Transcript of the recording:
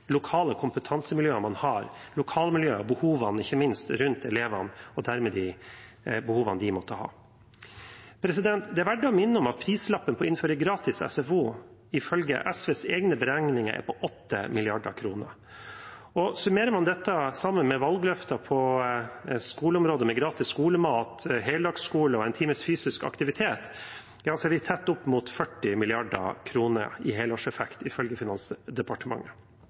lokale kompetansemiljøene man har, lokalmiljøet og behovene – ikke minst – rundt elevene, og dermed de behovene de måtte ha. Det er verdt å minne om at prislappen på å innføre gratis SFO, ifølge SVs egne beregninger, er på 8 mrd. kr. Summerer man dette sammen med valgløfter på skoleområdet som gratis skolemat, heldagsskole og en times fysisk aktivitet, er vi tett opp mot 40 mrd. kr i helårseffekt, ifølge Finansdepartementet.